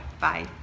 Bye